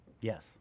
yes